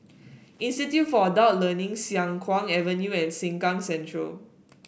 Institute for Adult Learning Siang Kuang Avenue and Sengkang Central